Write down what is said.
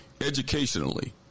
Educationally